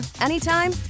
anytime